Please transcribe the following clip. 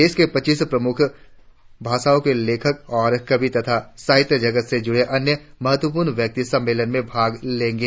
देश की पच्चीस प्रमुख भाषाओं के लेखक और कवि तथा साहित्य जगत से जुड़े अन्य महत्वप्रर्ण व्यक्ति सम्मेलन में भाग लेंगे